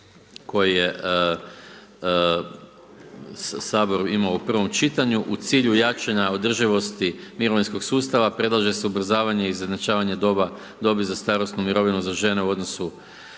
koje je sabor imao u prvom čitanju, u cilju jačanja održivosti mirovinskog sustava, predlaže se ubrzavanje izjednačavanja dobi za starosnu mirovnu za žene u odnosu